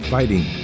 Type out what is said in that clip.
Fighting